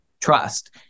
trust